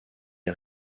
est